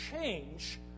change